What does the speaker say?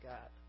God